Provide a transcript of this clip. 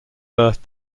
birth